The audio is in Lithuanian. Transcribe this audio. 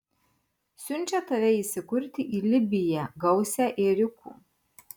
siunčia tave įsikurti į libiją gausią ėriukų